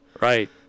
Right